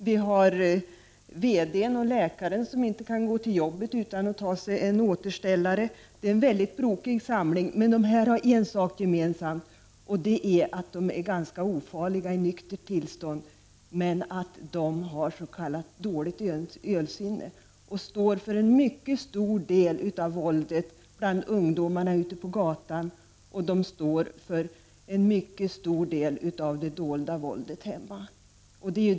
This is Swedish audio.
Det gäller VD-n eller läkaren som inte kan gå till jobbet utan att ta sig en återställare. Det är alltså en väldigt brokig samling. Men alla har de en sak gemensam: De är ganska ofarliga i nyktert tillstånd. Men de har s.k. dåligt ölsinne och står för en mycket stor del av både det våld som förekommer bland ungdomar ute på gatan och det dolda våldet hemma.